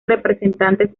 representantes